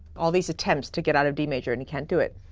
all these attempts to get out of d major and he can't do it.